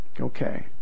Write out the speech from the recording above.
okay